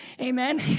Amen